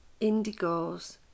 indigos